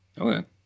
Okay